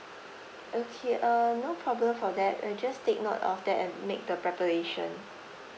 okay uh no problem for that I'll just take note of that and make the preparation